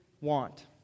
want